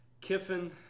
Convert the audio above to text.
Kiffin